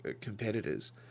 competitors